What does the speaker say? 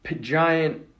giant